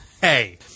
hey